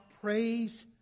praise